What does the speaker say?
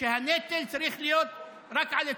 שהנטל צריך להיות רק על הציבור.